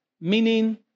Meaning